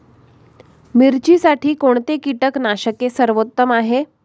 मिरचीसाठी कोणते कीटकनाशके सर्वोत्तम आहे?